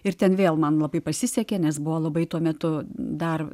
ir ten vėl man labai pasisekė nes buvo labai tuo metu dar